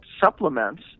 supplements